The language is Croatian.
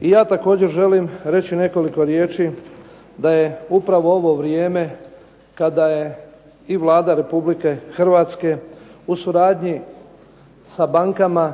i ja također želim reći nekoliko riječi da je upravo ovo vrijeme kada je i Vlada Republike Hrvatske u suradnji sa bankama